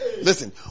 Listen